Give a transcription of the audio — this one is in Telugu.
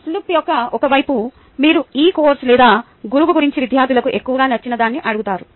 స్లిప్ యొక్క ఒక వైపు మీరు ఈ కోర్సు లేదా గురువు గురించి విద్యార్థులకు ఎక్కువగా నచ్చినదాన్ని అడుగుతారు